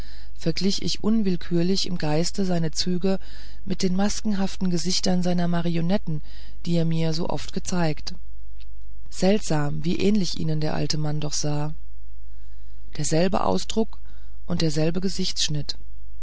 verglich ich unwillkürlich im geiste seine züge mit den maskenhaften gesichtern seiner marionetten die er mir so oft gezeigt seltsam wie ähnlich ihnen der alte mann doch sah derselbe ausdruck und derselbe gesichtsschnitt